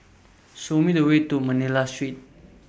Show Me The Way to Manila Street